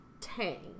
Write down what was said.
tang